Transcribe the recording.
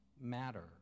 matter